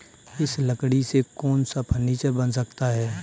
इस लकड़ी से कौन सा फर्नीचर बन सकता है?